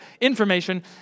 information